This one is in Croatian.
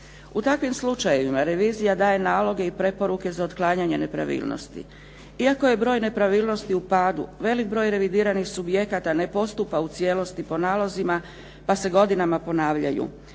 U takvim slučajevima revizija daje naloge i preporuke za otklanjanje nepravilnosti. Iako je broj nepravilnosti u padu veliki broj revidiranih subjekata ne postupa u cijelosti po nalozima pa se godinama ponavljaju.